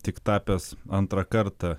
tik tapęs antrą kartą